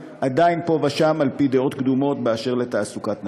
ועדיין פועלים פה ושם על פי דעות קדומות באשר לתעסוקת נשים.